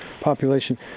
population